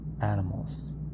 animals